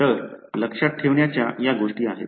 तर लक्षात ठेवण्याच्या या गोष्टी आहेत